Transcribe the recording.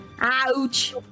Ouch